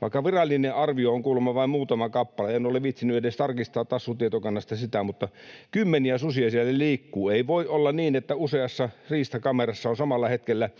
vaikka virallinen arvio on kuulemma vain muutama kappale. En ole viitsinyt edes tarkistaa Tassu-tietokannasta sitä, mutta kymmeniä susia siellä liikkuu. Ei voi olla niin, että useassa riistakamerassa on samalla hetkellä